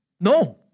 No